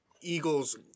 Eagles